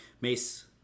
Mace